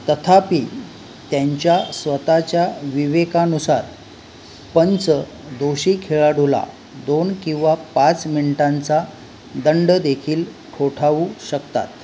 तथापि त्यांच्या स्वतःच्या विवेकानुसार पंच दोषी खेळाडूला दोन किंवा पाच मिनटांचा दंड देखील ठोठावू शकतात